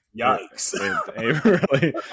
Yikes